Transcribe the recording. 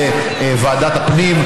לוועדת הפנים,